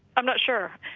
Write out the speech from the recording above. i'm not sure.